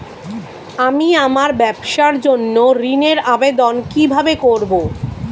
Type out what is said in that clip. আমি আমার ব্যবসার জন্য ঋণ এর আবেদন কিভাবে করব?